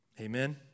amen